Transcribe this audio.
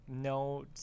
no